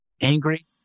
angry